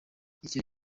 icyo